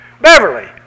Beverly